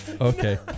Okay